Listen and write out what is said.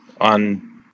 on